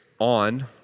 on